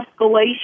escalation